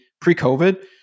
pre-COVID